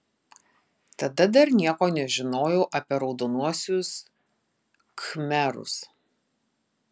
tada dar nieko nežinojau apie raudonuosius khmerus